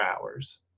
hours